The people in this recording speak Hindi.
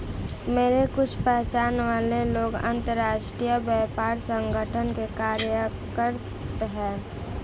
मेरे कुछ पहचान वाले लोग अंतर्राष्ट्रीय व्यापार संगठन में कार्यरत है